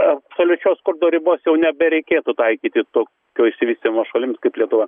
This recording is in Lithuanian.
absoliučios skurdo ribos jau nebereikėtų taikyti tokio išsivystymo šalims kaip lietuva